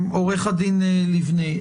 להוציא צווי עשה וצווי מניעה מכוח חוק התעמולה.